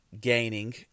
gaining